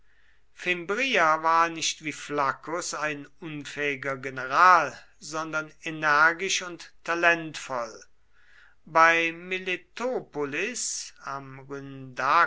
fimbria war nicht wie flaccus ein unfähiger general sondern energisch und talentvoll bei miletopolis am